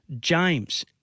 James